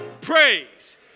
praise